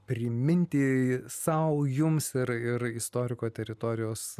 priminti sau jums ir ir istoriko teritorijos